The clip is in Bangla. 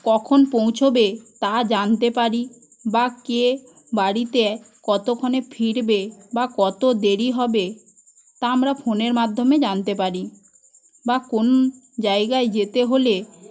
কখন পৌঁছবে তা জানতে পারি বা কে বাড়িতে কতক্ষণে ফিরবে বা কত দেরি হবে তা আমরা ফোনের মাধ্যমে জানতে পারি বা কোন জায়গায় যেতে হলে